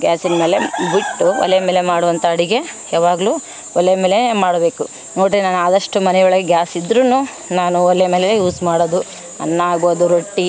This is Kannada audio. ಗ್ಯಾಸಿನ ಮೇಲೆ ಬಿಟ್ಟು ಒಲೆ ಮೇಲೆ ಮಾಡೋಂಥ ಅಡಿಗೆ ಯಾವಾಗಲು ಒಲೆ ಮೇಲೆ ಮಾಡಬೇಕು ನೋಡ್ರಿ ನಾನು ಆದಷ್ಟು ಮನೆಯೊಳಗೆ ಗ್ಯಾಸ್ ಇದ್ರು ನಾನು ಒಲೆ ಮೇಲೆ ಯೂಸ್ ಮಾಡೋದು ಅನ್ನ ಆಗ್ಬೌದು ರೊಟ್ಟಿ